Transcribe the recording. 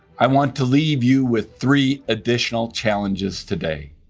i want to leave you with three additional challenges today.